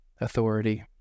authority